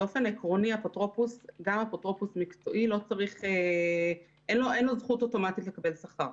באופן עקרוני גם לאפוטרופוס מקצועי אין זכות אוטומטית לקבל שכר.